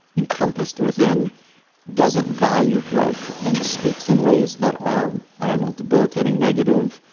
encompassed within doesn't value growth and speaks in ways that are, i don't know, debilitating, negative,